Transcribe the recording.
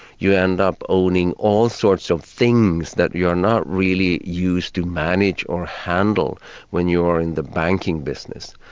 you end up owning all sorts of things that you're not really used to manage or handle when you're in the banking business.